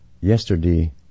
Yesterday